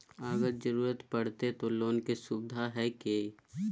अगर जरूरत परते तो लोन के सुविधा है की?